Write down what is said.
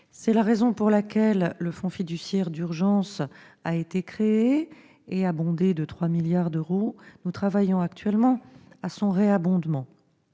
C'est la raison pour laquelle le Fonds fiduciaire d'urgence a été créé et abondé de 3 milliards d'euros. Nous travaillons actuellement à son réabondement.